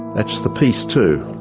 that's the piece too,